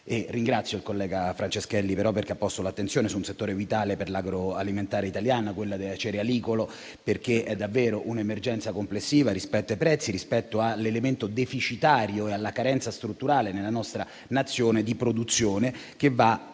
Ringrazio il collega Franceschelli, perché ha posto l'attenzione su un settore vitale per l'agroalimentare italiano, quella cerealicolo. C'è davvero un'emergenza complessiva rispetto ai prezzi e rispetto all'elemento deficitario e alla carenza strutturale di produzione nella